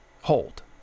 hold